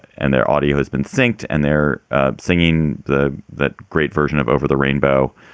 and their audio has been thinked and they're singing the the great version of over the rainbow.